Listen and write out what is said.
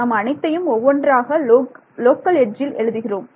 நாம் அனைத்தையும் ஒவ்வொன்றாக லோக்கல் எட்ஜில் எழுதுகிறோம்